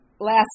last